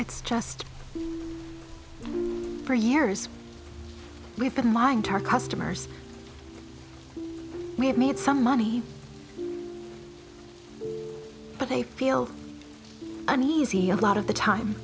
it's just for years we've been lying to our customers we have made some money but they feel uneasy a lot of the time